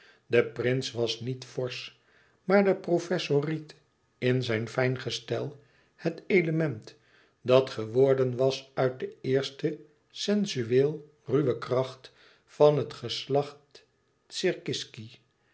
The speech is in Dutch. de prins was niet forsch maar de professor ried in zijn fijn gestel het element dat geworden was uit de eerste sensueel ruwe kracht van het geslacht